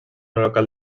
local